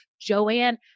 Joanne